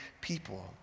people